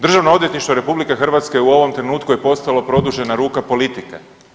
Državno odvjetništvo RH u ovom trenutku je postalo produžena ruka politike.